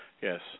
yes